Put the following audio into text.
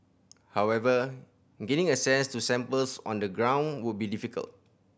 however gaining access to samples on the ground would be difficult